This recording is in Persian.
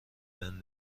بهم